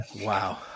Wow